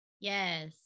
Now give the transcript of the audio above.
yes